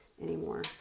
anymore